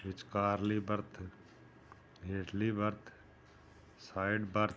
ਵਿਚਕਾਰਲੀ berth ਹੇਠਲੀ berth side birth